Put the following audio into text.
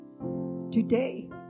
today